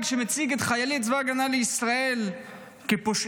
שמציג את חיילי צבא ההגנה לישראל כפושעים.